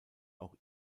auch